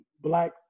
black